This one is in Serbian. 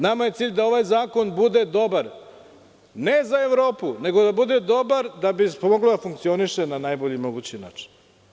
Nama je cilj da ovaj zakon bude dobar, ne za Evropu, nego da bude dobar da bi mogao da funkcioniše na najbolji mogući način.